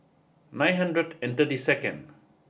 nine hundred and thirty second